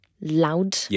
loud